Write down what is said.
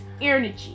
energy